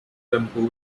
lumpur